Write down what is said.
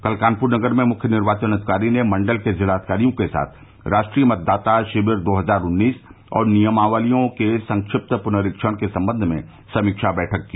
कल कानपुर नगर में मुख्य निर्वाचन अधिकारी ने मंडल के जिलाधिकारियों के साथ राष्ट्रीय मतदाता शिविर दो हजार उन्नीस और नामावलियों के संक्षिप्त पुनरीक्षण के संबंध में समीक्षा बैठक की